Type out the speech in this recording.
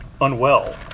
unwell